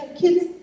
kids